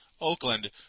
Oakland